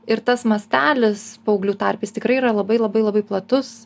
ir tas mastelis paauglių tarpe jis tikrai yra labai labai labai platus